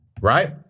Right